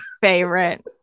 Favorite